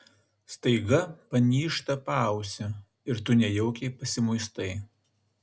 staiga panyžta paausį ir tu nejaukiai pasimuistai